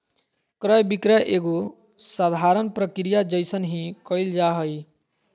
क्रय विक्रय एगो साधारण प्रक्रिया जइसन ही क़इल जा हइ